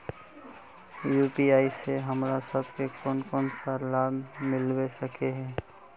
UPI से हमरा सब के कोन कोन सा लाभ मिलबे सके है?